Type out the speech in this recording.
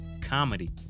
Comedy